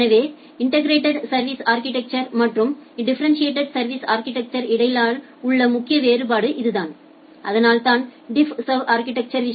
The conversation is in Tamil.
எனவே இன்டெகிரெட் சா்விஸ் அா்கிடெக்சர் மற்றும் டிஃபரெண்டிட்டேட் சா்விஸ் அா்கிடெக்சர்க்கு இடையில் உள்ள முக்கிய வேறுபாடு இதுதான் அதனால்தான் டிஃப் சர்வ் அா்கிடெக்சா்